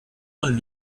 von